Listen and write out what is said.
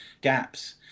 gaps